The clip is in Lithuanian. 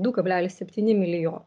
du kablelis septyni milijo